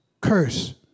curse